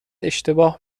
اشتباه